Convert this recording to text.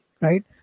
Right